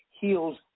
heals